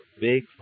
big